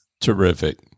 Terrific